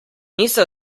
niso